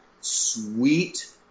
sweet